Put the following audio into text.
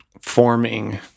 Forming